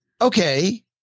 okay